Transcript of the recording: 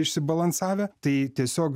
išsibalansavę tai tiesiog